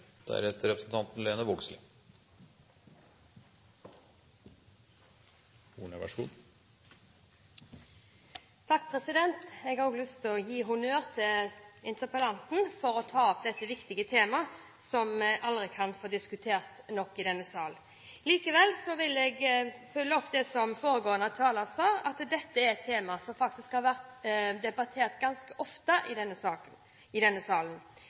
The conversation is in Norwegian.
Jeg har også lyst til å gi honnør til interpellanten for å ta opp dette viktige temaet, som vi aldri kan få diskutert nok i denne salen. Jeg vil likevel følge opp det som foregående taler sa, at dette er et tema som faktisk har vært debattert ganske ofte i denne